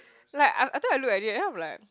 like a~ after I look at it then I'm like